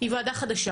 היא וועדה חדשה